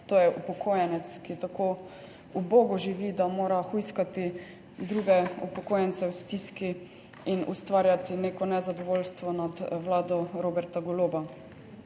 To je upokojenec, ki tako ubogo živi, da mora hujskati druge upokojence v stiski in ustvarjati neko nezadovoljstvo nad vlado Roberta Goloba.